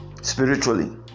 spiritually